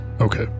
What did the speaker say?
Okay